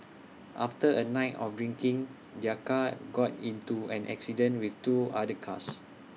after A night of drinking their car got into an accident with two other cars